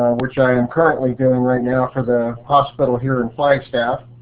which i am currently doing right now for the hospital here in flagstaff.